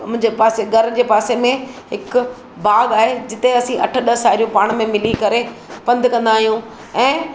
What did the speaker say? मुंहिंजे पासे घर जे पासे में हिकु बाग आहे जिते असीं अठ ॾह साहेड़ियूं पाण में मिली करे पंधु कंदा आहियूं ऐं